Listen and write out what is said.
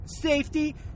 Safety